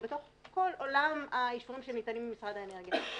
זה בתוך כל עולם האישורים שניתנים במשרד האנרגיה.